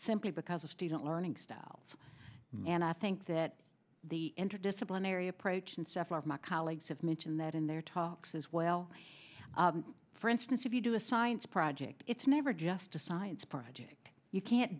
simply because of student learning styles and i think that the interdisciplinary approach insofar as my colleagues have mentioned that in their talks as well for instance if you do a science project it's never just a science project you can't